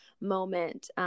moment